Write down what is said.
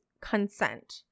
consent